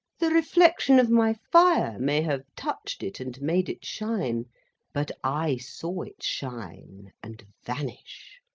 the reflection of my fire may have touched it and made it shine but, i saw it shine and vanish.